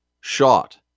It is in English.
shot